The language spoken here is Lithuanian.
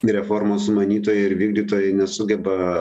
reformos sumanytojai ir vykdytojai nesugeba